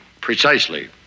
Precisely